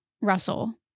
Russell-